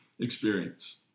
experience